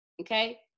okay